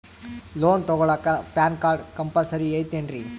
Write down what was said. Loan ತೊಗೊಳ್ಳಾಕ PAN card compulsory ಐಯ್ತೇನ್ರಿ?